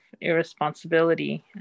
irresponsibility